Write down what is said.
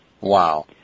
Wow